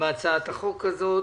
בהצעת החוק הזאת?